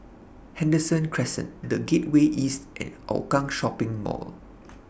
Henderson Crescent The Gateway East and Hougang Green Shopping Mall